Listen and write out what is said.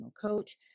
coach